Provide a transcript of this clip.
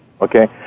Okay